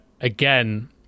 again